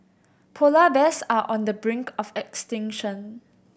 polar bears are on the brink of extinction